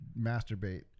masturbate